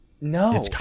no